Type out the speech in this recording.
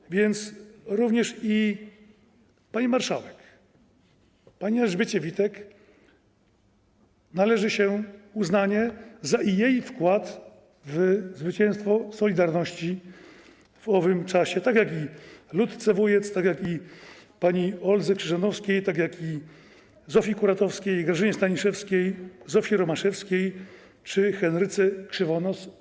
Tak więc również pani marszałek, pani Elżbiecie Witek należy się uznanie za jej wkład w zwycięstwo „Solidarności” w owym czasie - tak jak Ludce Wujec, tak jak pani Oldze Krzyżanowskiej, tak jak Zofii Kuratowskiej, Grażynie Staniszewskiej, Zofii Romaszewskiej czy Henryce Krzywonos.